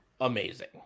amazing